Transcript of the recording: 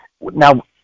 Now